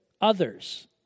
others